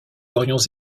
aurions